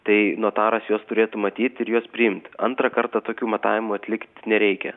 tai notaras juos turėtų matyt ir juos priimt antrą kartą tokių matavimų atlikt nereikia